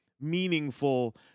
meaningful